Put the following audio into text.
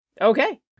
Okay